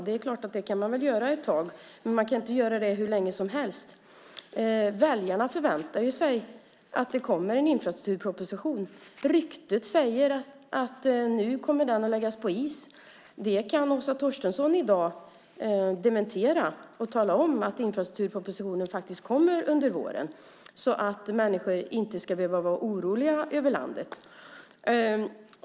Det är klart att man kan göra det ett tag, men man kan inte göra det hur länge som helst. Väljarna förväntar sig ju att det kommer en infrastrukturproposition. Ryktet säger att den kommer att läggas på is. Det kan Åsa Torstensson i dag dementera och tala om att infrastrukturpropositionen faktiskt kommer under våren så att människor ute i landet inte ska behöva vara oroliga.